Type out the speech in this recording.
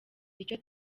icyo